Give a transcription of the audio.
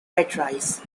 beatrice